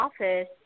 office